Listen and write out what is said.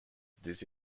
this